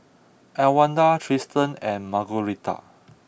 Elwanda Tristan and Margueritta